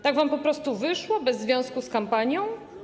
Tak wam po prostu wyszło, bez związku z kampanią?